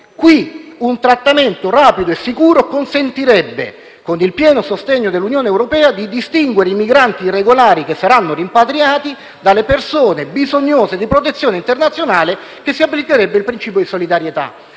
qui un trattamento rapido e sicuro consentirebbe, con il pieno sostegno dell'Unione europea, di distinguere i migranti irregolari, che saranno rimpatriati, dalle persone bisognose di protezione internazionale, cui si applicherebbe il principio di solidarietà.